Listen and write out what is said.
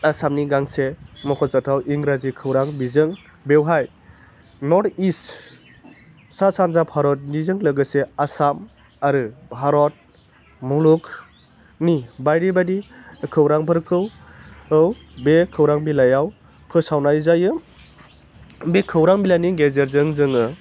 आसमानि गांसे मख'जाथाव इंराजी खौरां बिजों बेवहाय नर्थ इस्ट सा सान्जा भारतनिजों लोगोसे आसाम आरो भारत मुलुगनि बायदि बायदि खौरांफोरखौ बे खौरां बिलाइयाव फोसावनाय जायो बि खौरां बिलाइनि गेजेरजों जोङो